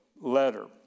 letter